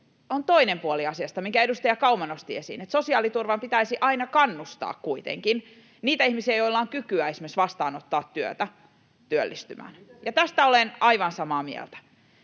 on toinen puoli asiasta, minkä edustaja Kauma nosti esiin, että sosiaaliturvan pitäisi aina kannustaa kuitenkin niitä ihmisiä, joilla on kykyä esimerkiksi vastaanottaa työtä, työllistymään, ja tästä olen aivan samaa mieltä.